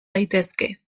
daitezke